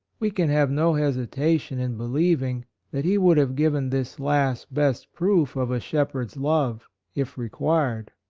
we can have no hes itation in believing that he would have given this last best proof of a shepherd's love if required.